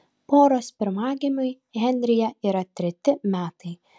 poros pirmagimiui henryje yra treji metai